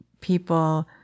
people –